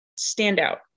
standout